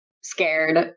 scared